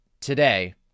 today